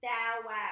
Wow